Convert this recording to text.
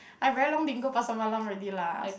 I very long didn't go Pasar Malam already lah